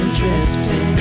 drifting